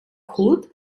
hood